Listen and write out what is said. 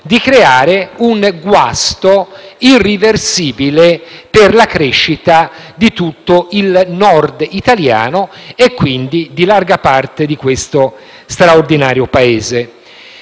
di creare un guasto irreversibile per la crescita di tutto il Nord italiano e quindi di larga parte di questo straordinario Paese.